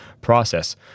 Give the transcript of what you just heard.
process